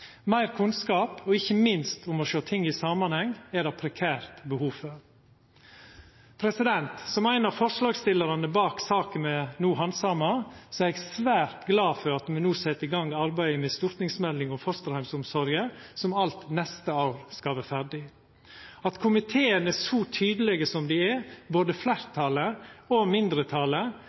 Meir kunnskap, ikkje minst om å sjå ting i samanheng, er det prekært behov for. Som ein av forslagsstillarane bak saka me no handsamar, er eg svært glad for at me no set i gang arbeidet med ei stortingsmelding om fosterheimsomsorgen som alt neste år skal vera ferdig. At komiteen er så tydeleg som han er, både fleirtalet og mindretalet,